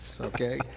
okay